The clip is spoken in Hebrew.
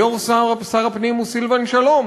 היום שר הפנים הוא סילבן שלום,